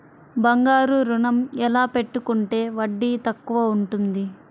బంగారు ఋణం ఎలా పెట్టుకుంటే వడ్డీ తక్కువ ఉంటుంది?